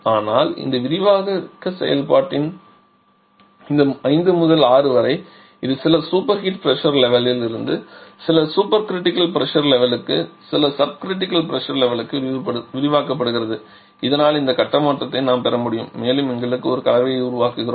ஆனால் இந்த விரிவாக்க செயல்பாட்டின் போது இந்த 5 முதல் 6 வரை இது சில சூப்பர் ஹீட் பிரஷர் லெவலில் இருந்து சில சூப்பர் கிரிட்டிகல் பிரஷர் லெவலுக்கு சில சப் கிரிட்டிகல் பிரஷர் லெவலுக்கு விரிவாக்கப்படுகிறது இதனால் இந்த கட்ட மாற்றத்தை நாம் பெற முடியும் மேலும் எங்களுக்கு ஒரு கலவையை உருவாக்குகிறோம்